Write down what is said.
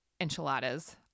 enchiladas